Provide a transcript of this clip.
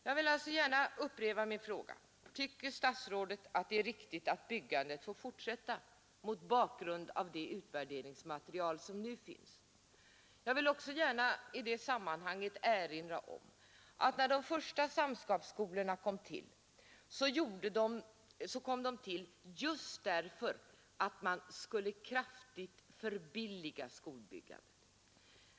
Jag vill alltså gärna upprepa min fråga: Tycker statsrådet att det är riktigt att byggandet får fortsätta mot bakgrund av det utvärderingsmaterial som nu finns? Jag vill också i det sammanhanget erinra om att när de första samskapsskolorna kom till var orsaken att man skulle kraftigt förbilliga skolbyggandet.